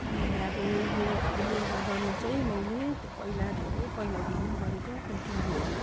मैले अब यो योग योगा गर्नु चाहिँ मैले त्यो पहिला धेरै पहिलादेखि नै गरेको टिभीहरू